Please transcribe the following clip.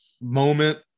moment